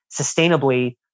sustainably